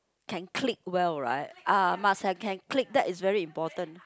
can click well right ah must have can click that is very important